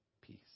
peace